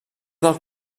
del